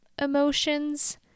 emotions